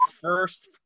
first